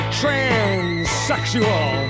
transsexual